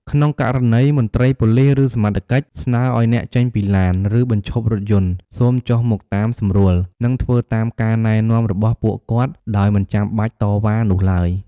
ក្នុងករណីមន្ត្រីប៉ូលិស ឬសមត្ថកិច្ច ស្នើឲ្យអ្នកចេញពីឡាន ឬបញ្ឈប់រថយន្ត សូមចុះមកតាមសម្រួល និងធ្វើតាមការណែនាំរបស់ពួកគាត់ដោយមិនចាំបាច់តវ៉ានោះឡើយ។